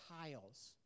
tiles